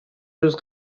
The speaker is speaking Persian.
روز